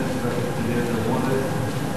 תודה רבה לחבר הכנסת מוזס,